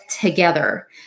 together